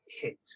hit